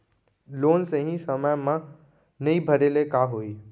Loan सही समय मा नई भरे ले का होही?